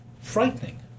frightening